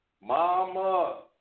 Mama